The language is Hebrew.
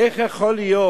איך יכול להיות